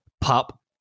pop